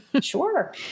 Sure